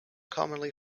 commonly